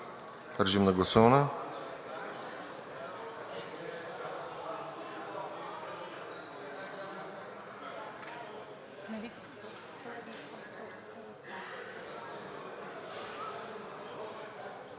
Режим на гласуване.